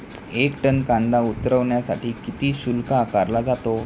एक टन कांदा उतरवण्यासाठी किती शुल्क आकारला जातो?